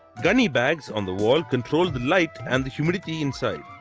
gunny bags on the wall control the light and the humidity inside.